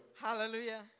Hallelujah